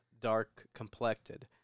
dark-complected